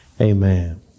Amen